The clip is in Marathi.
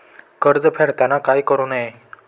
कर्ज फेडताना काय करु नये?